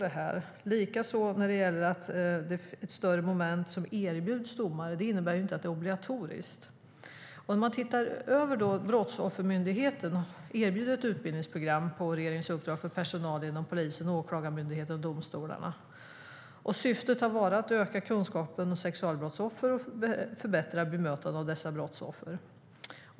Det är samma sak med detta att det här är ett större moment som erbjuds domare; det innebär inte att det är obligatoriskt. Om man tittar över det hela ser man att Brottsoffermyndigheten på regeringens uppdrag erbjuder ett utbildningsprogram för personal inom polisen, Åklagarmyndigheten och domstolarna. Syftet har varit att öka kunskapen om sexualbrottsoffer och förbättra bemötandet av dessa brottsoffer.